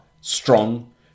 strong